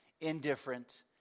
indifferent